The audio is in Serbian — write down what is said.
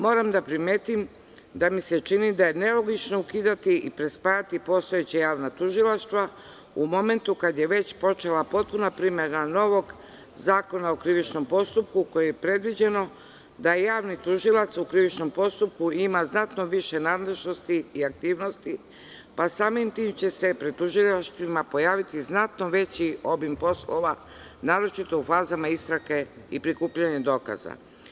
Moram da primetim da mi se čini da je nelogično ukidati i prespajati postojeća javna tužilaštva, u momentu kada je već počela potpuna primena novog Zakona o krivičnom postupku, kojim je predviđeno da javni tužilac u krivičnom postupku ima znatno više nadležnosti i aktivnosti, pa samim tim će se pred tužilaštvima pojaviti znatno veći obim poslova, naročito u fazama istrage i prikupljanja dokaza.